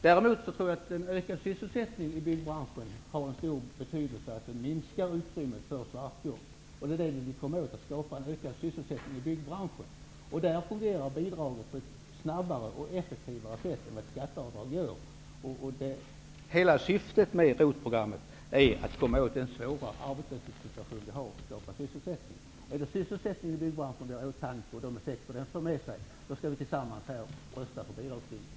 Jag tror däremot att en ökad sysselsättning i byggbranschen minskar utrymmet för svartjobb. Det vi vill göra är att skapa en ökad sysselsättning i byggbranschen. Det fungerar snabbare och bättre än vad ett ökat skatteavdrag gör. Hela syftet med ROT-programmet är att komma åt den svåra arbetslöshetssituationen och att skapa sysselsättning. Är det en ökad sysselsättning i byggbranschen och de effekter som detta för med sig som ni har i åtanke, bör vi gemensamt rösta på bidragslinjen.